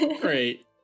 Great